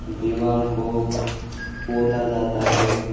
दिवार को पोता जाता है